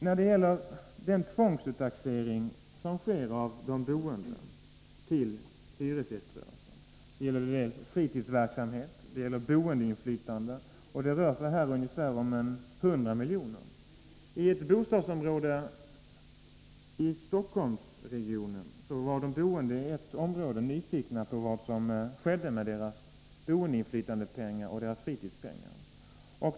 Sedan till den tvångsuttaxering av de boende till hyresgäströrelsen som sker. Det gäller fritidsverksamhet och boendeinflytande, och det rör sig om summor kring 100 milj.kr. I ett bostadsområde i Stockholmsregionen var de boende i ett område nyfikna på vad som skedde med deras boendeinflytandepengar och deras fritidspengar.